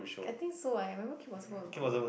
I think so eh I remember Kim Possible was good